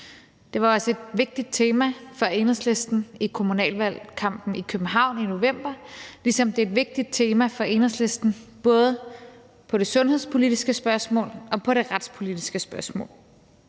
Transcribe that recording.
Det var også et vigtigt tema for Enhedslisten i kommunalvalgkampen i København i november, ligesom det er et vigtigt tema for Enhedslisten både på det sundhedspolitiske spørgsmål og på det retspolitiske spørgsmål.